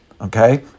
Okay